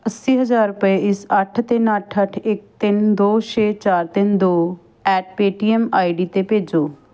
ਅੱਸੀ ਹਜ਼ਾਰ ਰੁਪਏ ਇਸ ਅੱਠ ਤਿੰਨ ਅੱਠ ਅੱਠ ਇੱਕ ਤਿੰਨ ਦੋ ਛੇ ਚਾਰ ਤਿੰਨ ਦੋ at Paytm ID 'ਤੇ ਭੇਜੋ